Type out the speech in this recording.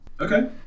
okay